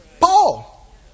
Paul